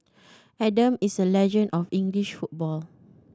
Adam is a legend of English football